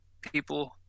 people